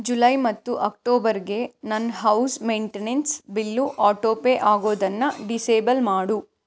July ಮತ್ತು ಅಕ್ಟೋಬರ್ಗೆ ನನ್ನ house maintenance bill auto pay ಆಗೋದನ್ನು ಡಿಸೇಬಲ್ ಮಾಡು